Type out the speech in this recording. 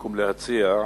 במקום להציע,